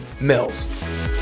Mills